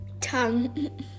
Tongue